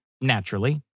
naturally